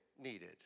needed